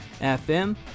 FM